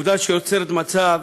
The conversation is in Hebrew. ועובדה זו יוצרת מצב